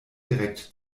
direkt